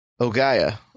Ogaya